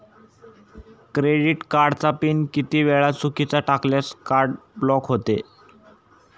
Credit कार्डचा pin किती वेळा चुकीचा टाकल्यास कार्ड ब्लॉक होते?